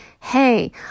hey